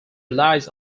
relies